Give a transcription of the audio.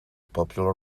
popular